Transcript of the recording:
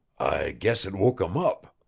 i guess it woke him up,